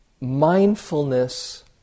mindfulness